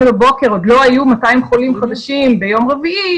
בבוקר עוד לא היו 200 חולים חדשים ביום רביעי,